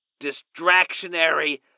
Distractionary